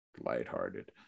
lighthearted